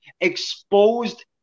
exposed